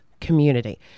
community